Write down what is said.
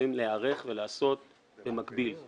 יכולות להיערך ולהיעשות במקביל.